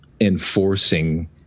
enforcing